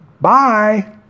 Bye